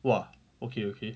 !wah! okay okay